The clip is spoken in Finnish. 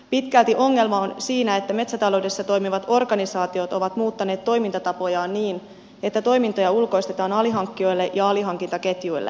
pitkälti ongelma on siinä että metsätaloudessa toimivat organisaatiot ovat muuttaneet toimintatapojaan niin että toimintoja ulkoistetaan alihankkijoille ja alihankintaketjuille